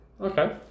Okay